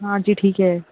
ہاں جی ٹھیک ہے